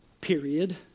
period